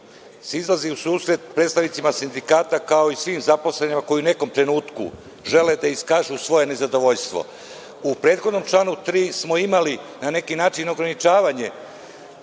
izlazi u susret predstavnicima sindikata, kao i svim zaposlenima koji u nekom trenutku žele da iskažu svoje nezadovoljstvo. U prethodnom članu 3. smo imali na neki način ograničavanje